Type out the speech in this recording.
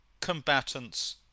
combatants